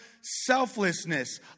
selflessness